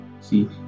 see